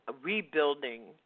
rebuilding